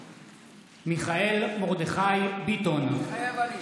מתחייב אני מיכאל מרדכי ביטון, מתחייב אני